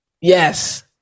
Yes